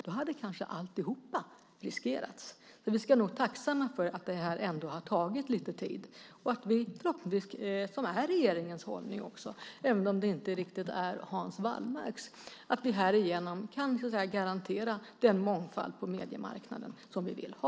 Då hade kanske alltihop riskerats. Vi ska nog vara tacksamma för att detta har tagit lite tid. Det är regeringens hållning, även om det inte riktigt är Hans Wallmarks, att vi härigenom kan garantera den mångfald på mediemarknaden som vi vill ha.